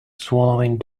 swallowing